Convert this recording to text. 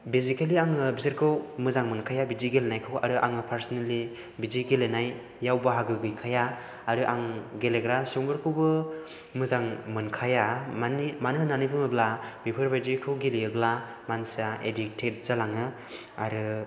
basically आङो बिसोरखौ मोजां मोनखाया बिदि गेलेनायखौ आरो आङो पारसनेलि बिदि गेलेनायाव बाहागो गैखाया आरो आं गेलेग्रा सुबुंफोरखौबो मोजां मोनखाया माने मानो होननानै बुङोब्ला बेफोरबायदिखौ गेलेयोब्ला मानसिया एडिक्टेड जालाङो आरो